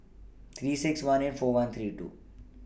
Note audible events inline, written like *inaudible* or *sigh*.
*noise* three six one eight four one three two